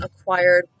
acquired